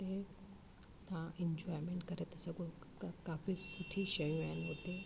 हुते तव्हां इन्जॉयमैंट करे था सघो काफी सुठी शयू आहिनि हुते